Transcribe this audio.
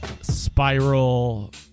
spiral